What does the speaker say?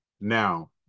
now